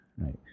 right